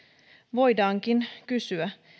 voidaankin kysyä